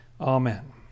Amen